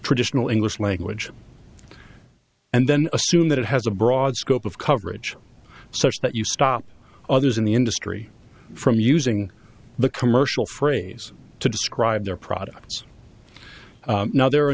traditional english language and then assume that it has a broad scope of coverage such that you stop others in the industry from using the commercial phrase to describe their products now there are a